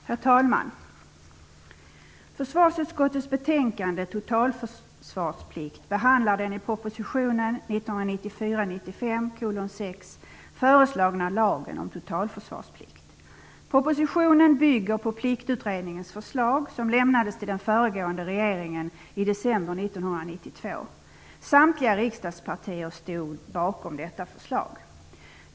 Herr talman! Försvarsutskottets betänkande Totalförsvarsplikt behandlar den i proposition 1994/95:6 föreslagna lagen om totalförsvarsplikt. Propositionen bygger på Pliktutredningens förslag som lämnades till den föregående regeringen i december 1992. Samtliga riksdagspartier stod bakom detta förslag.